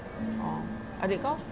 oh adik kau